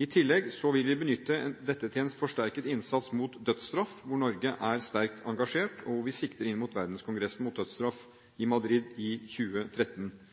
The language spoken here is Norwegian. I tillegg vil vi benytte dette til en forsterket innsats mot dødsstraff, hvor Norge er sterkt engasjert, og hvor vi sikter inn mot Verdenskongressen mot dødsstraff i